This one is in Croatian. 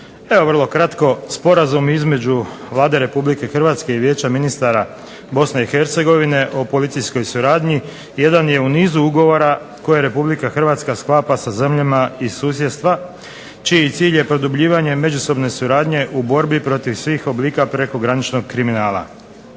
Evo vrlo kratko. Sporazum između Vlade Republike Hrvatske i Vijeća ministara Bosne i Hercegovine o policijskoj suradnji jedan je u nizu ugovora koje Republika Hrvatska sklapa sa zemljama iz susjedstva čiji cilj je produbljivanje međusobne suradnje u borbi protiv svih oblika prekograničnog kriminala.